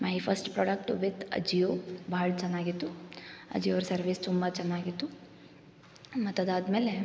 my first product with Ajio ಭಾಳ್ ಚೆನ್ನಾಗಿತ್ತು ಅಜಿಯೋರ ಸರ್ವಿಸ್ ತುಂಬ ಚೆನ್ನಾಗಿತ್ತು ಮತ್ತು ಅದು ಆದ್ಮೇಲೆ